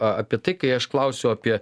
apie tai kai aš klausiau apie